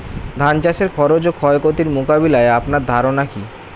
ধান চাষের খরচ ও ক্ষয়ক্ষতি মোকাবিলায় আপনার ধারণা কী?